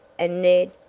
and ned,